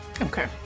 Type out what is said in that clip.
Okay